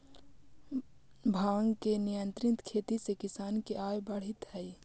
भाँग के नियंत्रित खेती से किसान के आय बढ़ित हइ